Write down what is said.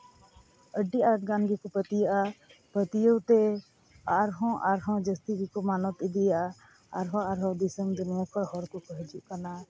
ᱟᱹᱰᱤ ᱟᱸᱴ ᱜᱟᱱ ᱜᱮᱠᱚ ᱯᱟᱹᱛᱭᱟᱹᱜᱼᱟ ᱯᱟᱹᱛᱭᱟᱹᱣ ᱛᱮ ᱟᱨᱦᱚᱸ ᱟᱨᱦᱚᱸ ᱡᱟᱹᱥᱛᱤ ᱜᱮᱠᱚ ᱢᱟᱱᱚᱛ ᱤᱫᱤᱭᱟ ᱟᱨᱦᱚᱸ ᱟᱨᱦᱚᱸ ᱫᱤᱥᱚᱢ ᱫᱩᱱᱭᱟᱹ ᱠᱷᱚᱱ ᱦᱚᱲ ᱠᱚᱠᱚ ᱦᱤᱡᱩᱜ ᱠᱟᱱᱟ